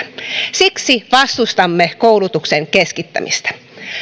siksi vastustamme koulutuksen keskittämistä